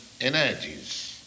energies